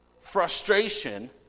frustration